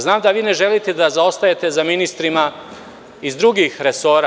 Znam da vi ne želite da zaostajete za ministrima iz drugih resora.